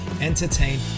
entertain